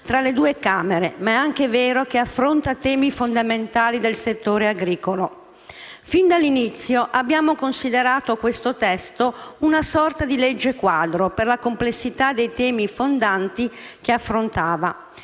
tra le due Camere, ma è anche vero che affronta temi fondamentali del settore agricolo. Fin dall'inizio abbiamo considerato questo testo una sorta di legge quadro per la complessità dei temi fondanti che affrontava.